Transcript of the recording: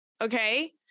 okay